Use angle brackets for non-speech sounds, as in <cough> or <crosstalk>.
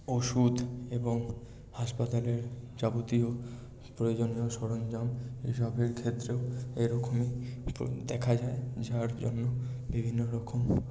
ওষুধ এবং হাসপাতালের যাবতীয় প্রয়োজনীয় সরঞ্জাম এসবের ক্ষেত্রেও এরকমই <unintelligible> দেখা যায় যার জন্য বিভিন্ন রকম